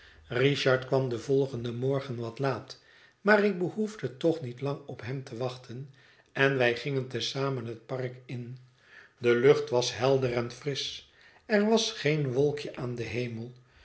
richard kwam den volgenden morgen wat laat maar ik behoefde toch niet lang op hem te wachten en wij gingen te zamen het park in de lucht was helder en frisch er was geen wolkje aan den hemel